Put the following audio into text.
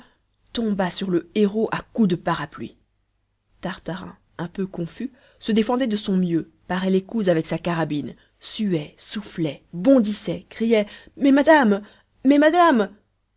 tomba sur le héros à coups de parapluie tartarin un peu confus se défendait de son mieux parait les coups avec sa carabine suait soufflait bondissait criait mais madame mais madame